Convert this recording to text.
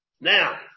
Now